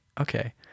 okay